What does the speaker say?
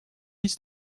hiç